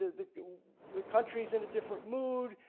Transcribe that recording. the the country's in a different mood.